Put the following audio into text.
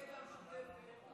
הצבעה.